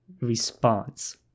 response